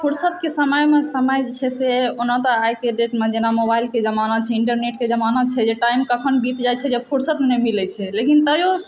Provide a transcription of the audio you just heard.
फुर्सतके समयमे समय जे छै से ओना तऽ आइके डेटमे जेना मोबाइलके जमाना छै इन्टरनेटके जमाना छै टाइम कखन बीत जाइत छै फुरसत नहि मिलै छै लेकिन तैयो